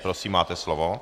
Prosím, máte slovo.